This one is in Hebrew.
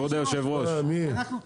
כבוד היושב-ראש.